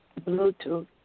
Bluetooth